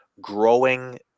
growing